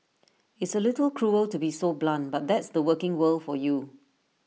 it's A little cruel to be so blunt but that's the working world for you